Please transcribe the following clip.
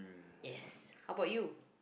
yes how about you